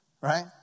right